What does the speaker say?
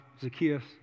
Zacchaeus